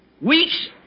weeks